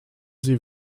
sie